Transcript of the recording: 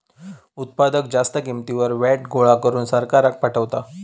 उत्पादक जास्त किंमतीवर व्हॅट गोळा करून सरकाराक पाठवता